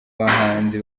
bahanzi